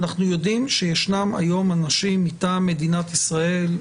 אנחנו יודעים שישנם היום אנשים מטעם מדינת ישראל,